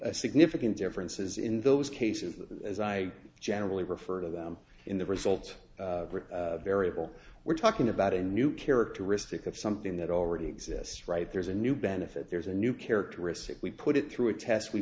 a significant differences in those cases that as i generally refer to them in the result variable we're talking about a new characteristic of something that already exist right there's a new benefit there's a new characteristic we put it through a test we